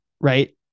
right